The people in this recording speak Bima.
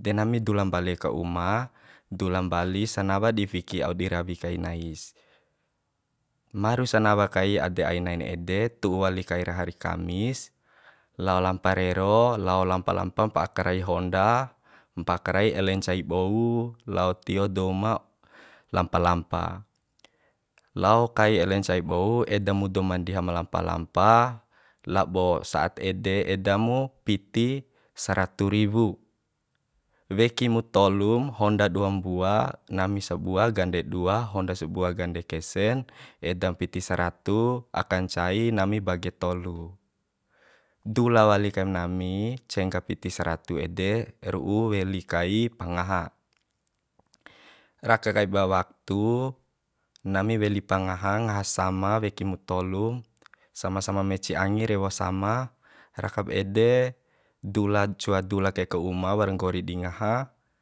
de nami dula mbali ka uma dula mbali sanawa di fiki au di rawi kai nais maru sanawa kai ade ainain ede tu'u wali kaira hari kamis lao lampa rero lao lampa lampa mpa'a karai honda mpa karai ele ncai bou lao tio dou ma lampa lampa lao kai ele ncai bou edamu dou ma ndiha ma lampa lampa labo sa'at ede eda mu piti saratu riwu weki mu tolu mu honda dua mbua nami sabua gande dua honda sabua gande kesen eda piti saratu aka ncai nami bage tolu dula wali kaim nami cengga piti saratu ede ru'u weli kai pangaha raka kaiba waktu nami weli pangaha ngaha sama wekim tolum sama sama meci angi rewo sama rakab ede dula cua dula kai ka uma waura nggori di ngaha